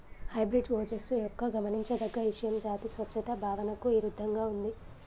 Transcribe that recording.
hybrid ఓజస్సు యొక్క గమనించదగ్గ ఇషయం జాతి స్వచ్ఛత భావనకు ఇరుద్దంగా ఉంది